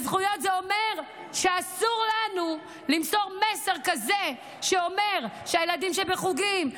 זכויות זה אומר שאסור לנו למסור מסר כזה לילדים שבחוגים,